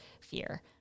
fear